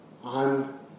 on